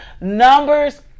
numbers